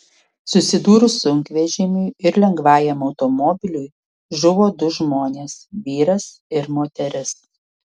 susidūrus sunkvežimiui ir lengvajam automobiliui žuvo du žmonės vyras ir moteris